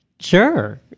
Sure